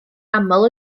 aml